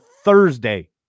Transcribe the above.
Thursday